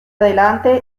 adelante